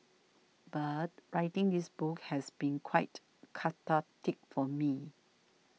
but writing this book has been quite cathartic for me